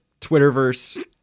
Twitterverse